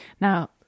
Now